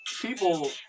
people